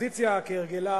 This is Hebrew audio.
האופוזיציה כהרגלה